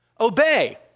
Obey